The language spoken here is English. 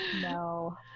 No